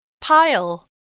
Pile